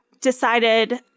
decided